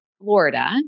Florida